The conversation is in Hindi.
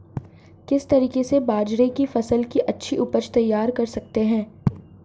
किस तरीके से बाजरे की फसल की अच्छी उपज तैयार कर सकते हैं?